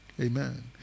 Amen